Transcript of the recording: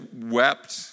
wept